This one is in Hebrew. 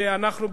שאנחנו,